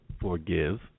forgive